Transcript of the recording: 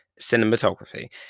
cinematography